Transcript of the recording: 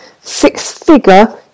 six-figure